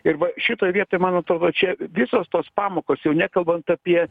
ir va šitoj vietoj mano atrodo čia visos tos pamokos jau nekalbant apie